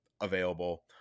available